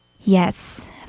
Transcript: Yes